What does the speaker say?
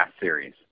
Series